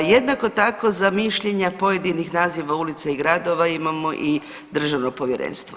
Jednako tako za mišljenja pojedinih naziva ulica i gradova imamo i državno povjerenstvo.